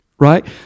Right